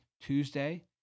Tuesday